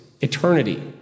eternity